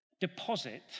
deposit